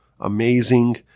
amazing